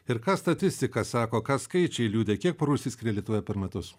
ir ką statistika sako ką skaičiai liudija kiek porų išsiskiria lietuvoje per metus